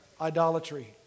idolatry